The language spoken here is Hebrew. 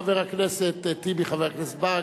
חבר הכנסת טיבי וחברי הכנסת ברכה,